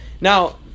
Now